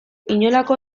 inolako